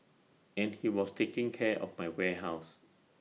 and he was taking care of my warehouse